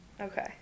okay